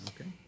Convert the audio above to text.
Okay